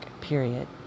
period